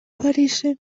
parisen